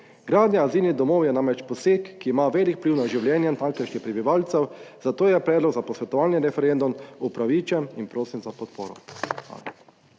gradnja azilnih domov je namreč poseg, ki ima velik vpliv na življenje tamkajšnjih prebivalcev, zato je predlog za posvetovalni referendum upravičen in prosim za podporo.